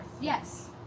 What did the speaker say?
yes